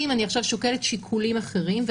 אם אני עכשיו שוקלת שיקולים אחרים,